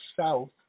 South